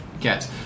get